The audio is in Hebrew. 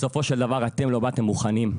בסופו של דבר אתם לא באתם מוכנים.